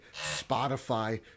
Spotify